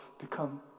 become